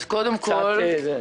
אז קודם כל